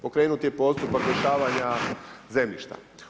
Pokrenut je postupak rješavanja zemljišta.